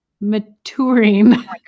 maturing